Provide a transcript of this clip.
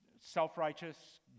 self-righteous